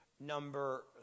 number